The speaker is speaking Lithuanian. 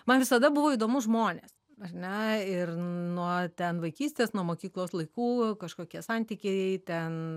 man visada buvo įdomu žmonės ar ne ir nuo ten vaikystės nuo mokyklos laikų kažkokie santykiai ten